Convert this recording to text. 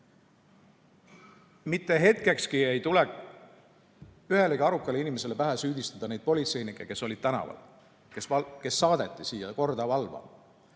Mitte hetkekski ei tule ühelegi arukale inimesele pähe süüdistada politseinikke, kes olid tänaval, kes saadeti siia korda valvama.